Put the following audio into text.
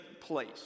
place